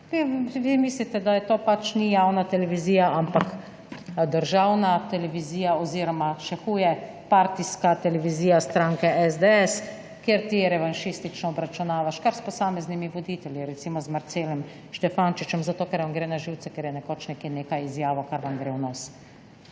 Vi mislite, da to pač ni javna televizija, ampak državna televizija oziroma še huje − partijska televizija stranke SDS, kjer ti revanšistično obračunavaš kar s posameznimi voditelji, recimo z Marcelom Štefančičem zato, ker vam gre na živce, ker je nekoč nekaj izjavil, kar vam gre v nos,